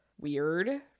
weird